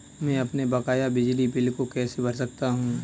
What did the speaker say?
मैं अपने बकाया बिजली बिल को कैसे भर सकता हूँ?